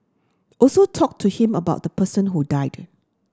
also talk to him about the person who died